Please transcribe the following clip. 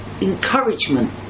encouragement